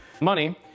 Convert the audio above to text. Money